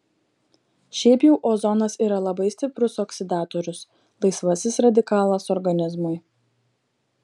šiaip jau ozonas yra labai stiprus oksidatorius laisvasis radikalas organizmui